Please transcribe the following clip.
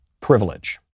privilege